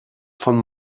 von